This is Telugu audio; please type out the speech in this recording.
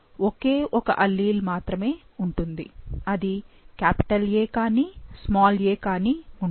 ఒకే ఒక అల్లీల్ మాత్రమే ఉంటుంది అది A కానీ a కానీ ఉంటుంది